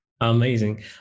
Amazing